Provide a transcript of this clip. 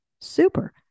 super